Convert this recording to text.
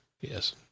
Yes